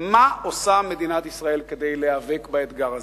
מה עושה מדינת ישראל כדי להיאבק באתגר הזה?